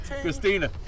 Christina